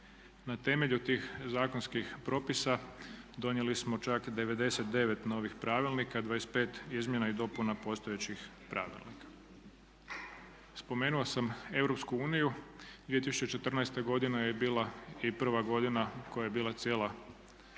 Na temelju tih zakonskih propisa donijeli smo čak 99 novih pravilnika, 25 izmjena i dopuna postojećih pravilnika. Spomenuo sam EU. 2014. godina je bila i prva godina koja je bila cijela